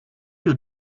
you